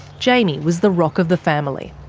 jaimie was the rock of the family.